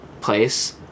place